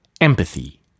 empathy